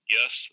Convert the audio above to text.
Yes